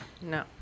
No